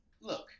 Look